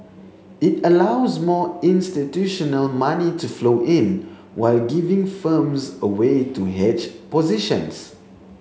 it allows more institutional money to flow in while giving firms a way to hedge positions